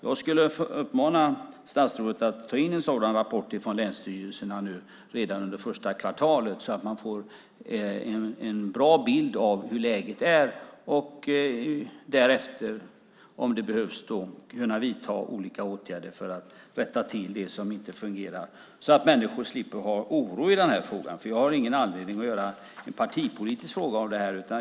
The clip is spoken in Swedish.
Jag skulle vilja uppmana statsrådet att ta in en sådan rapport från länsstyrelserna redan nu under det första kvartalet så att man får en bra bild av läget och därefter, om det behövs, kan vidta olika åtgärder för att rätta till det som inte fungerar så att människor slipper känna oro i den här frågan. Jag har ingen anledning att göra en partipolitisk fråga av detta.